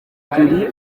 turi